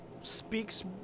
speaks